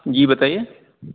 جی بتائیے